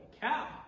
cow